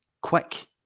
quick